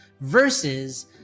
versus